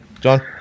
John